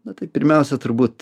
na tai pirmiausia turbūt